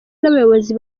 n’abayobozi